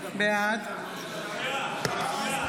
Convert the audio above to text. בעד בושה.